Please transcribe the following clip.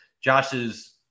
Josh's